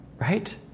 right